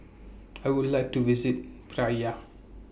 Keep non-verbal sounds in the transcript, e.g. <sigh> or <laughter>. <noise> I Would like to visit Praia